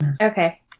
Okay